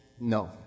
no